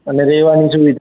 અને રહેવાની સુવિધા